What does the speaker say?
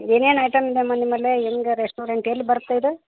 ಏನೇನು ಐಟಮ್ ಇದೆಯಮ್ಮ ನಿಮ್ಮಲ್ಲಿ ಹೆಂಗೆ ರೆಸ್ಟೋರೆಂಟ್ ಎಲ್ಲಿ ಬರುತ್ತೆ ಇದು